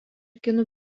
kinų